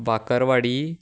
bhakarwadi